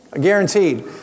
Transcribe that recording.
Guaranteed